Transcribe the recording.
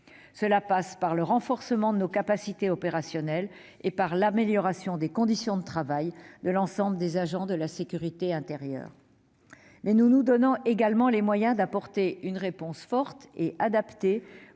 Cela passe par le renforcement de nos capacités opérationnelles et par l'amélioration des conditions de travail de l'ensemble des agents de la sécurité intérieure. Nous nous donnons également les moyens d'apporter une réponse forte et adaptée